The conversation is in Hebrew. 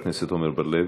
חבר הכנסת עמר בר-לב.